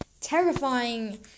terrifying